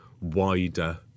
wider